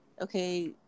Okay